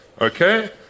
Okay